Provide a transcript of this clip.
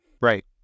Right